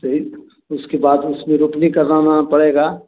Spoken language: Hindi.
सहित उसके बाद उसमे रोपनी कराना पड़ेगा